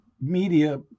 media